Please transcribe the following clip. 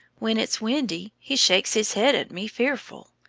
when it's windy he shakes his head at me fearful!